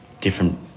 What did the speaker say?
different